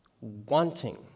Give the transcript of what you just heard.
wanting